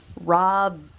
Rob